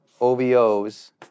OVOs